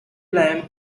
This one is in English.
lamp